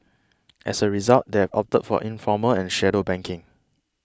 as a result they've opted for informal and shadow banking